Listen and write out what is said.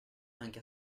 anche